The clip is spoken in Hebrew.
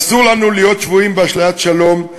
אסור לנו להיות שבויים באשליית שלום,